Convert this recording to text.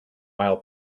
while